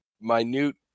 minute